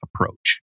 approach